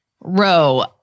row